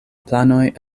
planoj